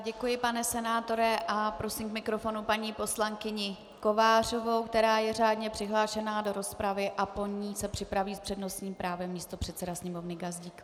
Děkuji, pane senátore, a prosím k mikrofonu paní poslankyni Kovářovou, která je řádně přihlášena do rozpravy, a po ní se připraví s přednostním právem místopředseda Sněmovny Gazdík.